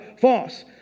False